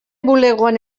bulegoan